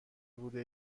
بوده